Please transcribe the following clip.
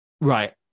right